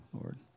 Lord